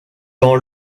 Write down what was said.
dans